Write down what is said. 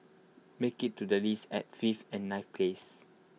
made IT to the list at fifth and ninth place